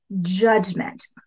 judgment